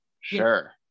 Sure